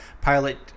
Pilot